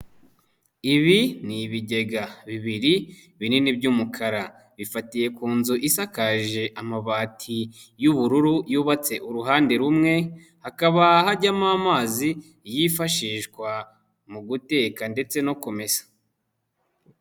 Ibi ni ibigega bibiri binini by'umukara, bifatiye ku nzu isakaje amabati y'ubururu yubatse uruhande rumwe, hakaba hajyamo amazi yifashishwa mu guteka ndetse no kumesa.